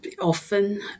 often